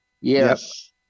Yes